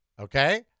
Okay